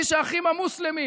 איש האחים המוסלמים?